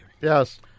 Yes